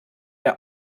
der